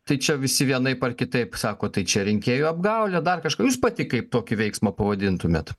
tai čia visi vienaip ar kitaip sako tai čia rinkėjų apgaulė dar kažką jūs pati kaip tokį veiksmą pavadintumėt